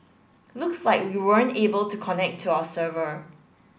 looks like we weren't able to connect to our server